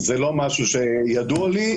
זה לא משהו שידוע לי.